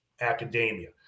academia